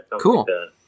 Cool